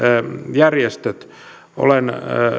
järjestöt olen